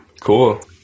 Cool